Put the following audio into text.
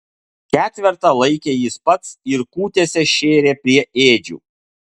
ketvertą laikė jis pats ir kūtėse šėrė prie ėdžių